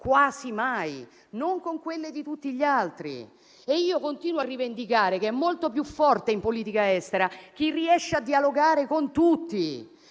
quasi mai, non a quelle di tutti gli altri. E io continuo a rivendicare che è molto più forte in politica estera chi riesce a dialogare con tutti.